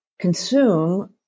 consume